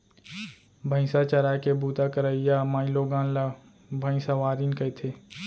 भईंसा चराय के बूता करइया माइलोगन ला भइंसवारिन कथें